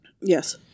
Yes